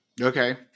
Okay